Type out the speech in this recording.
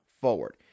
forward